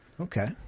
Okay